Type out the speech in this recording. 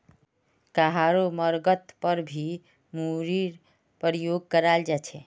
कहारो मर्गत पर भी मूरीर प्रयोग कराल जा छे